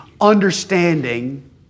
understanding